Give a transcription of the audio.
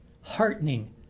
heartening